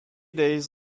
days